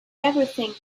everything